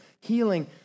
healing